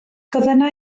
gofynna